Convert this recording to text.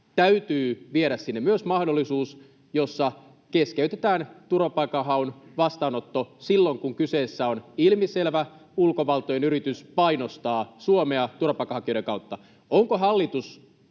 täytyy viedä sinne myös mahdollisuus, jossa keskeytetään turvapaikanhaun vastaanotto silloin, kun kyseessä on ilmiselvä ulkovaltojen yritys painostaa Suomea turvapaikanhakijoiden kautta. Onko hallitus